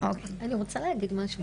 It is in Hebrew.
אני רוצה להגיד משהו בבקשה.